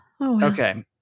Okay